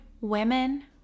women